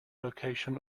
location